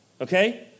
okay